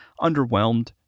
underwhelmed